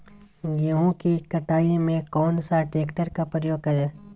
गेंहू की कटाई में कौन सा ट्रैक्टर का प्रयोग करें?